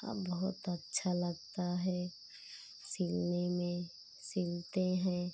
अब बहुत अच्छा लगता है सिलने में सिलते हैं